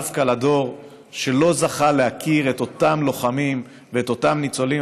דווקא לדור שלא זכה להכיר את אותם לוחמים ואת אותם ניצולים.